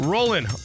Rolling